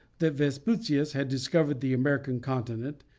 that vespucius had discovered the american continent,